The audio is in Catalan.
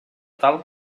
tal